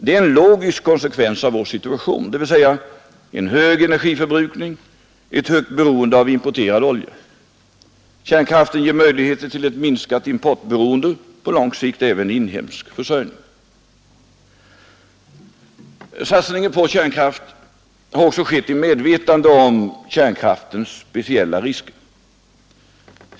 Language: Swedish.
Detta är en logisk konsekvens av vår situation, dvs. en hög energiförbrukning och ett högt beroende av importerad olja. Kärnkraften ger möjligheter till ett minskat importberoende, på lång sikt även inhemsk försörjning. Satsningen på kärnkraft har också skett i medvetande om kärnkraftens speciella risker.